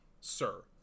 sir